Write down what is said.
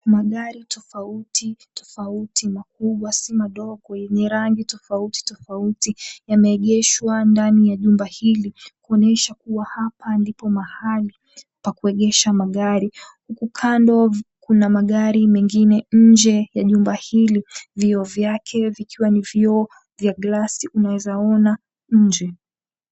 Magari tofauti tofauti makubwa si madogo yenye rangi tofauti tofauti yameegeshwa ndani ya jumba hili kuonyesha kuwa hapa ndipo mahali pa kuegesha magari. Huku kando kuna magari mengine nje ya jumba hili. Vioo vyake vikiwa ni vioo vya glasi unaeza ona nje.